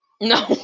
No